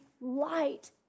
light